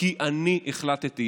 כי אני החלטתי.